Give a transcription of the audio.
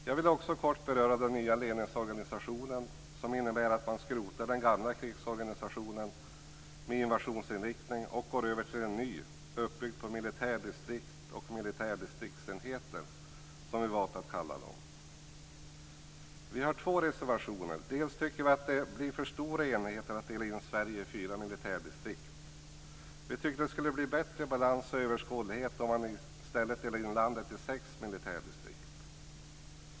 Jag vill också kort beröra den nya ledningsorganisationen, som innebär att man skrotar den gamla krigsorganisationen med invasionsinriktning och går över till en ny, uppbyggd på militärdistrikt och militärdistriktsenheter, som vi valt att kalla dem. Vi har två reservationer. Vi tycker att det blir för stora enheter att dela in Sverige i fyra militärdistrikt. Vi tycker att det skulle bli en bättre balans och överskådlighet om man i stället delade in landet i sex militärdistrikt.